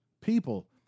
people